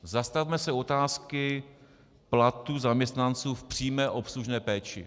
Zastavme se u otázky platu zaměstnanců v přímé obslužné péči.